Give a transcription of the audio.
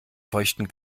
feuchten